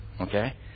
Okay